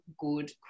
good